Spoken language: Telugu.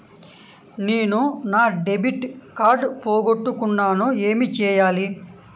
నేను నా డెబిట్ కార్డ్ పోగొట్టుకున్నాను ఏమి చేయాలి?